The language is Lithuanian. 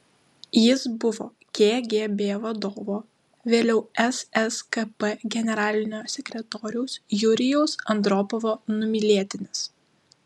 jis buvo kgb vadovo vėliau sskp generalinio sekretoriaus jurijaus andropovo numylėtinis